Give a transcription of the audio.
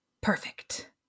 Perfect